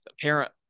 parent